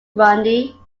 grundy